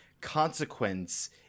consequence